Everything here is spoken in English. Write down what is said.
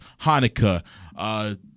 Hanukkah